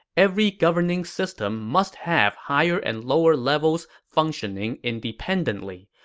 every governing system must have higher and lower levels functioning independently,